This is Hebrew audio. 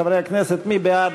חברי הכנסת, מי בעד?